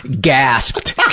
gasped